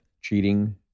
cheating